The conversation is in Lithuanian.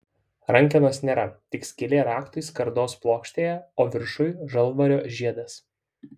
rankenos nėra tik skylė raktui skardos plokštėje o viršuj žalvario žiedas